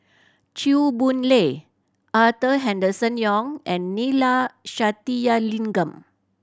Chew Boon Lay Arthur Henderson Young and Neila Sathyalingam